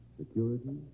security